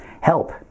help